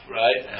right